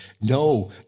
No